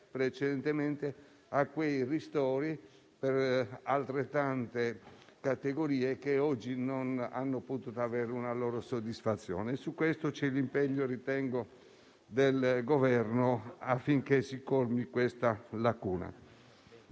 precedentemente, a quei ristori per altrettante categorie che oggi non hanno potuto avere una loro soddisfazione. Su questo ritengo ci sia l'impegno del Governo affinché si colmi tale lacuna.